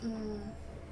mm